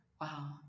wow